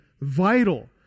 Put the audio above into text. vital